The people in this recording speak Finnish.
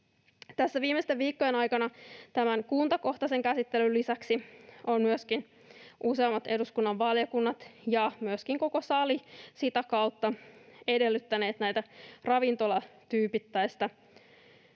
viimeisten viikkojen aikana tämän kuntakohtaisen käsittelyn lisäksi ovat useammat eduskunnan valiokunnat ja myöskin koko sali sitä kautta edellyttäneet ravintolatyypeittäistä